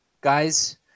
Guys